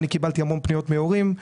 קיבלתי פניות מהורים.